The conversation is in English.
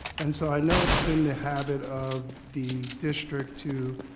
and so i know it's been the habit of the district to